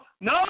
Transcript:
No